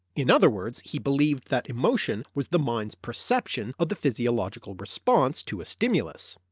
in other words he believed that emotion was the mind's perception of the physiological response to a stimulus.